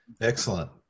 excellent